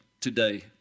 today